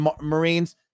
Marines